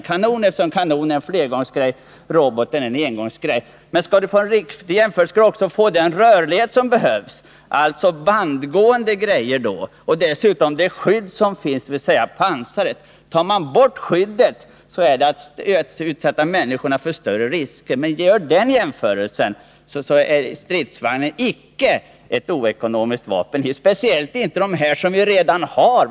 Kanonen är en flergångshistoria, medan roboten är en engångsapparat. Men för att få en riktig jämförelse behöver vi också ta med den rörlighet som behövs. En stridsvagn är ju bandgående. Dessutom erbjuder stridsvagnen ett skydd, dvs. pansaret. Tar man bort skyddet så innebär det att man utsätter människorna för större risker. Gör man jämförelsen på det sättet är stridsvagnen icke något oekonomiskt vapen -— speciellt inte de stridsvagnar som vi redan har.